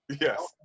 Yes